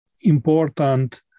important